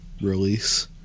release